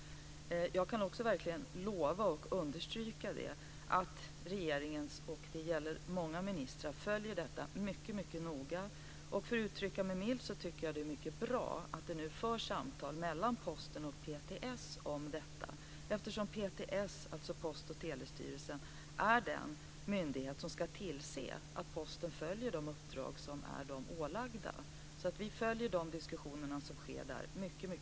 Jag lovar verkligen att regeringen - och det gäller många ministrar - följer detta mycket noga. För att uttrycka mig milt tycker jag att det är mycket bra att det nu förs samtal mellan Posten och PTS - dvs. Post och telestyrelsen - eftersom det är den myndighet som ska tillse att Posten uppfyller de uppdrag som har ålagts dem. Vi följer alltså de diskussioner som förs där mycket noga.